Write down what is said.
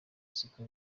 siko